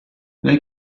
they